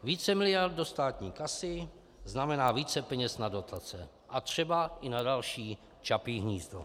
Více miliard do státní kasy znamená více peněz na dotace a třeba i na další Čapí hnízdo.